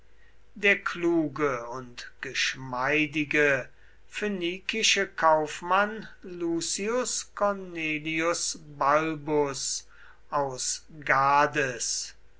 der kluge und geschmeidige phönikische kaufmann lucius cornelius balbus aus gades